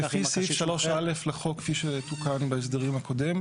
כך אם הקשיש --- לפי סעיף 3א לחוק כפי שתוקן בהסדר הקודם,